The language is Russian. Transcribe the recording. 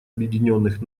объединенных